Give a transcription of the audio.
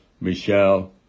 Michelle